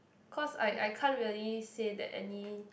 cause I I can't really say that any